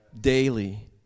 daily